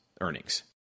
earnings